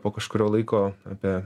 po kažkurio laiko apie